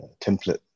template